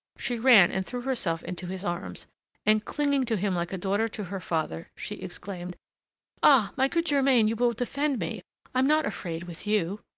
she ran and threw herself into his arms and, clinging to him like a daughter to her father, she exclaimed ah! my good germain, you will defend me i'm not afraid with you.